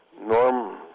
Norm